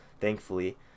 thankfully